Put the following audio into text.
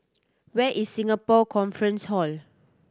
where is Singapore Conference Hall